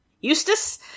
Eustace